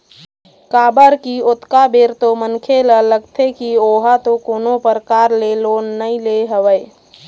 काबर की ओतका बेर तो मनखे ल लगथे की ओहा तो कोनो परकार ले लोन नइ ले हवय